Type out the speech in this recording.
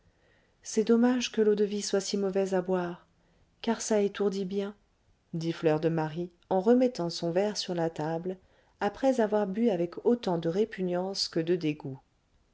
c'est dommage que l'eau-de-vie soit si mauvaise à boire car ça étourdit bien dit fleur de marie en remettant son verre sur la table après avoir bu avec autant de répugnance que de dégoût